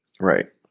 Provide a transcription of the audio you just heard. Right